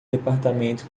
departamento